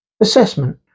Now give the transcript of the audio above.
Assessment